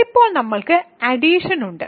ഇപ്പോൾ നമ്മൾക്ക് അഡിഷൻ ഉണ്ട്